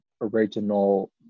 original